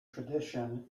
tradition